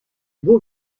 beau